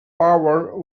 power